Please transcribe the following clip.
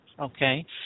Okay